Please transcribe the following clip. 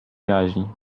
jaźń